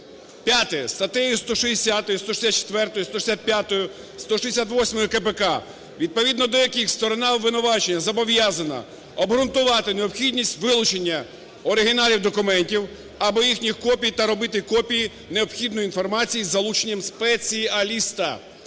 Статтею 160, 164, 165, 168 КПК, відповідно до яких сторона обвинувачення зобов'язана обґрунтувати необхідність вилучення оригіналів документів або їхніх копій та робити копії необхідної інформації із залученням спеціаліста.